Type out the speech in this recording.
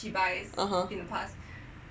(uh huh)